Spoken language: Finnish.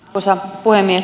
arvoisa puhemies